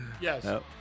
Yes